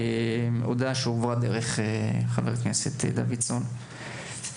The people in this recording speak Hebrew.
ההודעה הועברה דרך חבר הכנסת דוידסון.